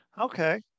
Okay